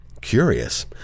Curious